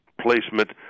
placement